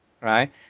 right